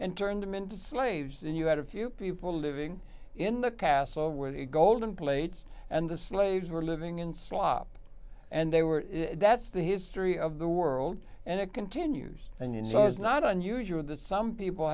and turn them into slaves and you had a few people living in the castle where the golden plates and the slaves were living in slop and they were that's the history of the world and it continues and you know it's not unusual that some people